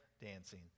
dancing